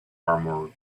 armor